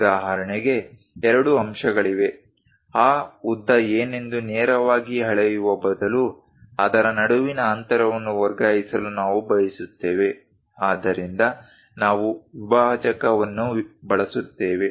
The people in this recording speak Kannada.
ಉದಾಹರಣೆಗೆ ಎರಡು ಅಂಶಗಳಿವೆ ಆ ಉದ್ದ ಏನೆಂದು ನೇರವಾಗಿ ಅಳೆಯುವ ಬದಲು ಅದರ ನಡುವಿನ ಅಂತರವನ್ನು ವರ್ಗಾಯಿಸಲು ನಾವು ಬಯಸುತ್ತೇವೆ ಆದ್ದರಿಂದ ನಾವು ವಿಭಾಜಕವನ್ನು ಬಳಸುತ್ತೇವೆ